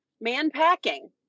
Man-packing